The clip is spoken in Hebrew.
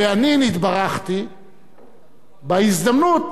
ואני נתברכתי בהזדמנות